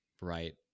right